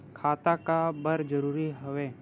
खाता का बर जरूरी हवे?